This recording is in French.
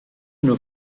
une